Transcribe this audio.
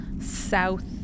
south